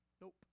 Nope